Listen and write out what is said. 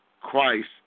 Christ